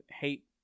hate